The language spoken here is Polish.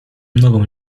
nogą